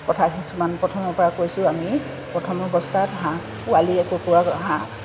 কথা কিছুমান প্ৰথমৰ পৰা কৈছোঁ আমি প্ৰথমৰ অৱস্থাত হাঁহ পোৱালি কুকুৰা হাঁহ